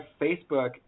Facebook